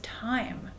time